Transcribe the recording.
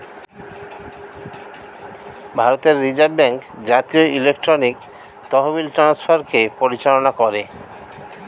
ভারতের reserve bank জাতীয় electronic তহবিল ট্রান্সফারকে পরিচালনা করে